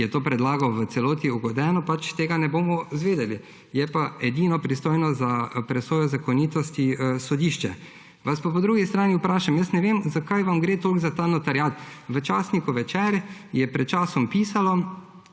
ki je to predlagal, v celoti ugodeno. Pač tega ne bomo izvedeli. Je pa edino pristojno za presojo zakonitosti sodišče. Vas pa po drugi strani vprašam, jaz ne vem, zakaj vam gre toliko za ta notariat. V časniku Večer je pred časom pisalo,